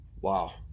Wow